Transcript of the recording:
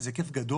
זה היקף גדול.